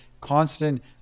Constant